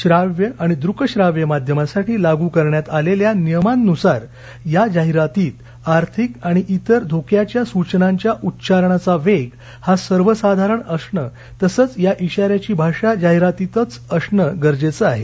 श्राव्य आणि दृक्शाव्य माध्यमासाठी लागू करण्यात आलेल्या नियमांनुसार या जाहिरातीत आर्थिक आणि इतर धोक्याच्या सूचनांच्या उच्चारणाचा वेग हा सर्वसाधारण असणे तसेच या इशाऱ्याची भाषा जाहिरातीचीच असणे गरजेचे आहे